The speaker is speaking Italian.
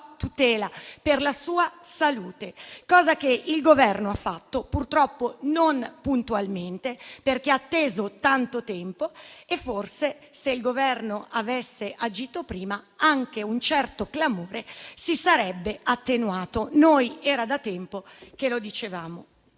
tutela, per la sua salute, cosa che il Governo ha fatto, purtroppo non puntualmente, perché ha atteso tanto tempo. Forse, se il Governo avesse agito prima, anche un certo clamore si sarebbe attenuato; noi era da tempo che lo dicevamo.